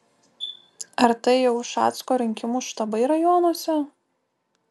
ar tai jau ušacko rinkimų štabai rajonuose